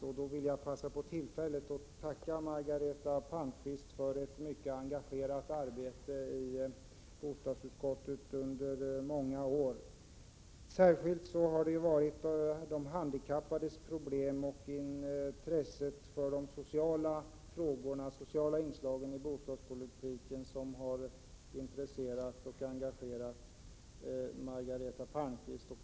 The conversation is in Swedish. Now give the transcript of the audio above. Då vill jag passa på tillfället att tacka Margareta Palmqvist för ett mycket engagerat arbete i bostadsutskottet under många år. Särskilt har det varit de handikappades problem och de sociala inslagen i bostadspolitiken som har intresserat och engagerat Margareta Palmqvist.